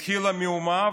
התחילה מהומה,